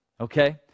Okay